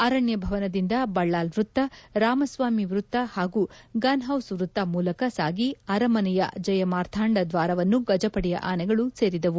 ಅರಣ್ಯ ಭವನದಿಂದ ಬಳ್ಳಾಲ್ ವೃತ್ತ ರಾಮಸ್ವಾಮಿ ವೃತ್ತ ಹಾಗೂ ಗನ್ ಹೌಸ್ ವೃತ್ತ ಮೂಲಕ ಸಾಗಿ ಅರಮನೆಯ ಜಯಮಾರ್ಥಾಂಡದ್ವಾರವನ್ನು ಗಜಪಡೆಯ ಆನೆಗಳು ಸೇರಿದವು